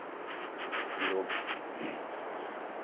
लोक